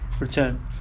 return